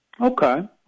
Okay